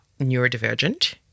neurodivergent